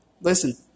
Listen